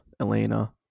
Elena